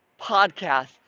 podcast